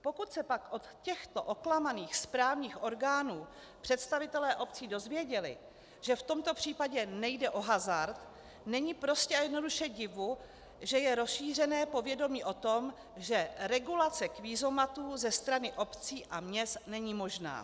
Pokud se pak od těchto oklamaných správních orgánů představitelé obcí dozvěděli, že v tomto případě nejde o hazard, není prostě a jednoduše divu, že je rozšířené povědomí o tom, že regulace kvízomatů ze strany obcí a měst není možná.